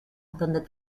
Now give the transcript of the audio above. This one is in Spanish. donde